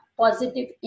positive